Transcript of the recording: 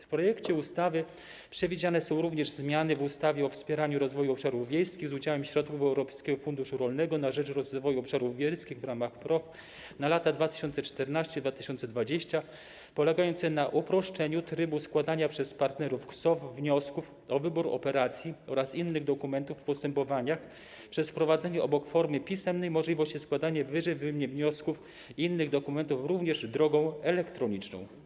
W projekcie ustawy przewidziane są również zmiany w ustawie o wspieraniu rozwoju obszarów wiejskich z udziałem środków Europejskiego Funduszu Rolnego na rzecz rozwoju obszarów wiejskich w ramach PROW na lata 2014–2020, polegające na uproszczeniu trybu składania przez partnerów KSOW wniosków o wybór operacji oraz innych dokumentów w postępowaniach przez wprowadzenie obok formy pisemnej możliwości składania ww. wniosków i innych dokumentów również drogą elektroniczną.